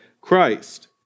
Christ